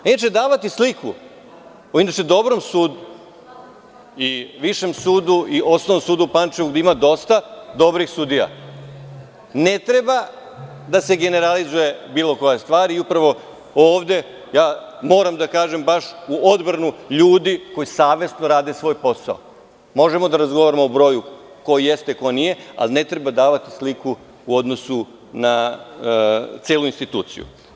Inače, davati sliku o inače dobrom sudu i Višem sudu i Osnovnom sudu u Pančevu gde ima dosta dobrih sudija, ne treba da se generalizuje bilo koja stvar i upravo ovde ja moram da kažem baš u odbranu ljudi koji savesno rade svoj posao, možemo da razgovaramo o broju ko jeste ko nije, ali ne treba davati sliku u odnosu na celu instituciju.